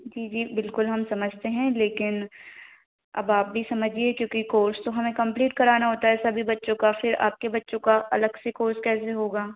जी जी बिल्कुल हम समझते हैं लेकिन अब आप भी समझिए क्योंकि कोर्स तो हमें कम्प्लीट कराना होता है सभी बच्चों का फिर आपके बच्चों का अलग से कोर्स कैसे होगा